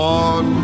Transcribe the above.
on